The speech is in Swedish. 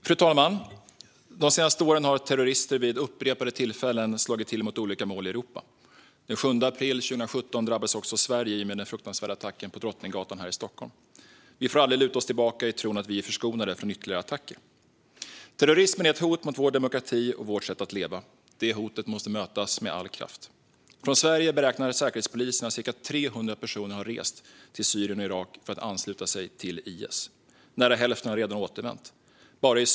Fru talman! De senaste åren har terrorister vid upprepade tillfällen slagit till mot olika mål i Europa. Den 7 april 2017 drabbades också Sverige i och med den fruktansvärda attacken på Drottninggatan här i Stockholm. Vi får aldrig luta oss tillbaka i tron att vi är förskonade från ytterligare attacker. Terrorismen är ett hot mot vår demokrati och vårt sätt att leva. Det hotet måste mötas med all kraft. Säkerhetspolisen beräknar att ca 300 personer har rest från Sverige till Syrien och Irak för att ansluta sig till IS. Nära hälften har redan återvänt.